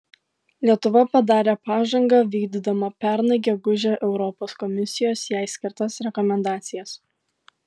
lietuva padarė pažangą vykdydama pernai gegužę europos komisijos jai skirtas rekomendacijas